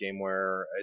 Gameware